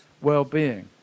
well-being